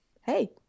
hey